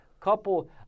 couple